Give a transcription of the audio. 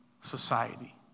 society